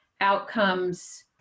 outcomes